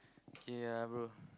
okay ah bro